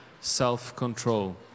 self-control